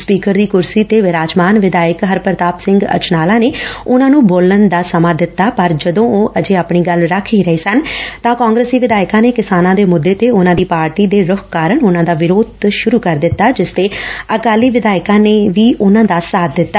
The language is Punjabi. ਸਪੀਕਰ ਦੀ ਕੁਰਸੀ ਤੇ ਵਿਰਾਜਮਾਨ ਵਿਧਾਇਕ ਹਰਪ੍ਤਾਪ ਸਿੰਘ ਅਜਨਾਲਾ ਨੇ ਉਨਾਂ ਨੂੰ ਬੋਲਣ ਦਾ ਸਮਾਂ ਦਿੱਤਾ ਪਰ ਜਦੋ ਉਹ ਅਜੇ ਆਪਣੀ ਗੱਲ ਰੱਖ ਹੀ ਰਹੇ ਸਨ ਤਾਂ ਕਾਂਗਰਸੀ ਵਿਧਾਇਕਾਂ ਨੇ ਕਿਸਾਨਾਂ ਦੇ ਮੁੱਦੇ ਤੇ ਉਨੂਾਂ ਦੀ ਪਾਰਟੀ ਦੇ ਰੁਖ਼ ਕਾਰਨ ਉਨੂਾਂ ਦਾ ਵਿਰੋਧ ਸੁਰੂ ਕਰ ਦਿੱਤਾ ਜਿਸ ਤੇ ਅਕਾਲੀ ਵਿਧਾਇਕਾਂ ਨੇ ਵੀ ਉਨੂਾਂ ਦਾ ਸਾਬ ਦਿੱਤਾ